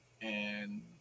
and-